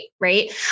right